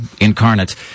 incarnate